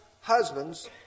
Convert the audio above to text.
husband's